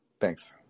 Thanks